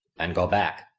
and go back.